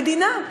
המדינה,